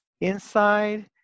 inside